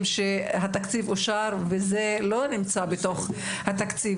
שהתקציב אושר וזה לא נמצא בתוך התקציב.